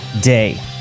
Day